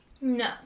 No